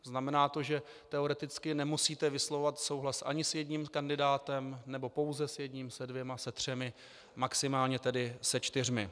Znamená to, že teoreticky nemusíte vyslovovat souhlas ani s jedním kandidátem, nebo pouze s jedním, se dvěma, se třemi, maximálně tedy se čtyřmi.